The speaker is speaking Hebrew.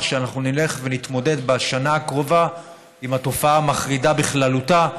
שאנחנו נלך ונתמודד בשנה הקרובה עם התופעה המחרידה בכללותה,